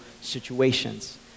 situations